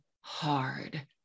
hard